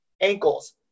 Ankles